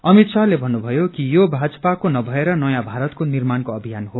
अमित शाहले भन्नुभयो कि यो भाजपाको नभएर नयाँ भारतको निर्माणको अभियान हो